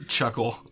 Chuckle